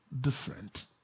different